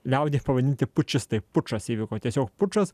liaudyje pavadinti pučistai pučas įvyko tiesiog pučas